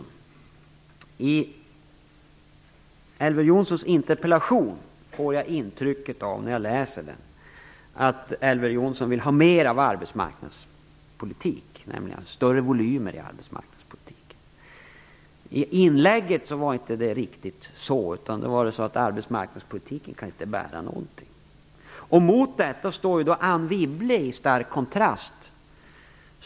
När jag läser Elver Jonssons interpellation får jag intrycket att Elver Jonsson vill ha större volymer i arbetsmarknadspolitiken. I anförandet var det inte riktigt så. I det sade han att arbetsmarknadspolitiken inte kan bära någonting. Mot detta står Anne Wibble i skarp kontrast.